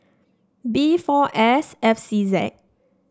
B four S F C Z